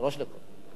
שלוש דקות.